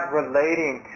relating